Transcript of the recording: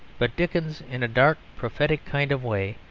but dickens, in a dark prophetic kind of way,